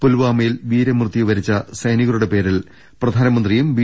പുൽവാമയിൽ വീര മൃത്യു വരിച്ച സൈനികരുടെ പേരിൽ പ്രധാനമന്ത്രിയും ബി